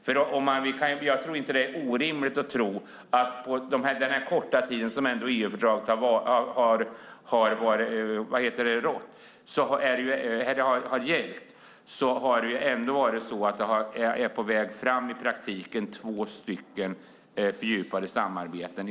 Under den korta tid som EU-fördraget har gällt är i praktiken två fördjupade samarbeten på väg fram.